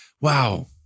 Wow